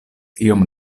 iom